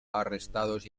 arrestados